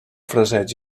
fraseig